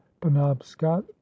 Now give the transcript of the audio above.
penobscot